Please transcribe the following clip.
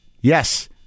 Yes